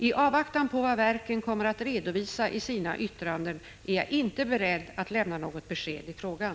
I avvaktan på vad verken kommer att redovisa i sina yttranden är jag inte beredd att lämna något besked i frågan.